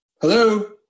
Hello